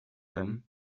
them